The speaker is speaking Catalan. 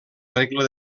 regla